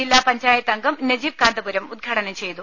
ജില്ലാ പഞ്ചായത്ത് അംഗം നജീബ് കാന്തപുരം ഉദ്ഘാടനം ചെയ്തു